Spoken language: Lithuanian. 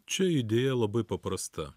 čia idėja labai paprasta